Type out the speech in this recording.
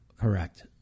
Correct